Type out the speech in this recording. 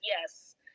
yes